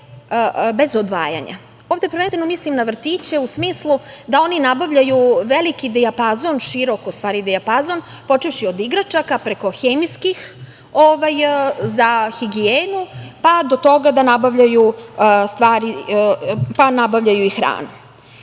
bez odvajanja, ovde prvenstveno mislim na vrtiće u smislu da oni nabavljaju veliki dijapazon širok dijapazon, počevši od igračaka preko hemijskih, za higijenu, pa do toga da nabavljaju i hranu. Onda